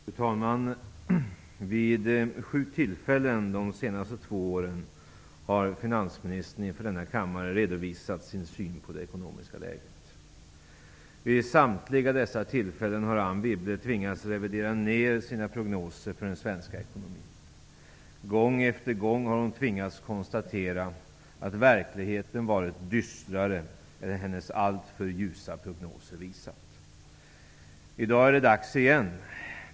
Fru talman! Vid sju tillfällen under de senaste två åren har finansministern inför denna kammare redovisat sin syn på det ekonomiska läget. Vid samtliga dessa tillfällen har Anne Wibble tvingats revidera sina prognoser för den svenska ekonomin. Gång efter gång har hon tvingats konstatera att verkligheten har varit dystrare än hennes alltför ljusa prognoser har visat. I dag är det dags igen.